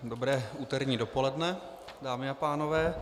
Dobré úterní dopoledne, dámy a pánové.